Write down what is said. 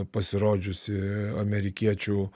pasirodžiusį amerikiečių